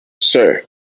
sir